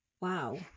Wow